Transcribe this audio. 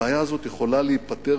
הבעיה הזאת יכולה להיפתר,